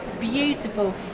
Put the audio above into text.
Beautiful